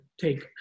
take –